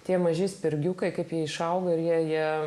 tie maži spirgiukai kaip jie išauga ir jie